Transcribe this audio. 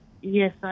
Yes